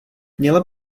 měla